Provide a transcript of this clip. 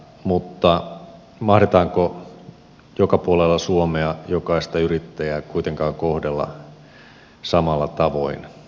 mutta mahdetaanko joka puolella suomea jokaista yrittäjää kuitenkaan kohdella samalla tavoin